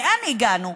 לאן הגענו?